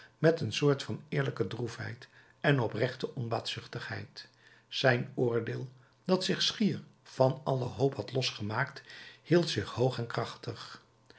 met een soort van eerlijke droefheid en oprechte onbaatzuchtigheid zijn oordeel dat zich schier van alle hoop had losgemaakt hield zich hoog en krachtig